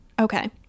Okay